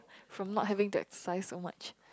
from not having to exercise so much